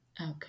Okay